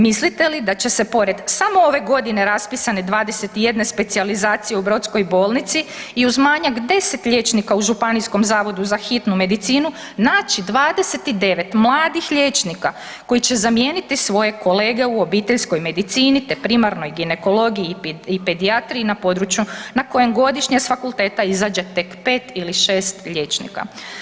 Mislite li da će se pored samo ove godine raspisane 21 specijalizacije u Brodskoj bolnici i uz manjak 10 liječnika u Županijskom zavodu za hitnu medicinu, naći 29 mladih liječnika koji će zamijeniti svoje kolege u obiteljskoj medicini te primarnoj ginekologiji i pedijatriji na području na kojem godišnje s fakulteta izađe tek 5 ili 6 liječnika.